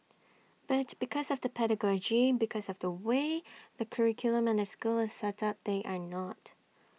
but because of the pedagogy because of the way the curriculum and the school is set up they are not